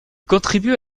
contribue